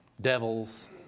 devils